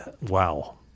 Wow